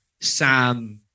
Sam